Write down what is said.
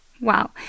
Wow